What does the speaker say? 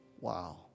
Wow